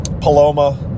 Paloma